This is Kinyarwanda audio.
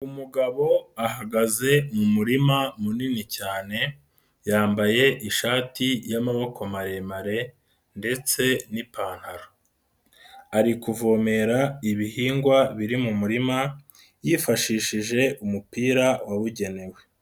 Umugabo ahagaze mu murima munini cyane, yambaye ishati y'amaboko maremare ndetse n'ipantaro, ari kuvomera ibihingwa biri mu murima yifashishije umupira wabugenewe.